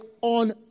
on